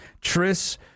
tris